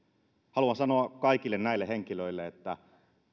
haluan sanoa kaikille näille henkilöille että